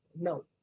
No